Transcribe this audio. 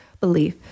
belief